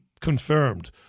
confirmed